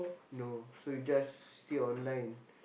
no so you just see online